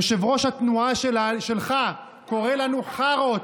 יושב-ראש התנועה שלך קורא לנו חארות,